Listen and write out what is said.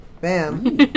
Bam